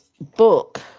book